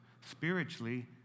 spiritually